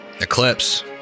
Eclipse